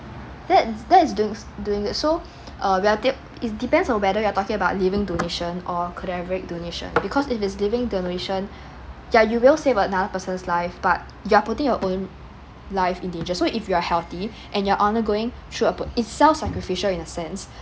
that's that's doing th~ doing that so err we are de~ it depends on whether you're talking about living donation or cadaveric donation because if it's living donation ya you will save another person's life but you're putting your own life in danger so if you're healthy and you're undergoing through a pro~ it sounds sacrificial in a sense